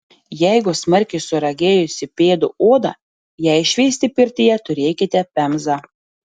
jeigu smarkiai suragėjusi pėdų oda jai šveisti pirtyje turėkite pemzą